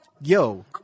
yo